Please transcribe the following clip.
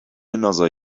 another